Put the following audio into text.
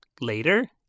Later